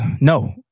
No